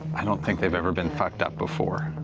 i don't think they've ever been fucked up before.